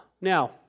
Now